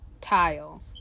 tile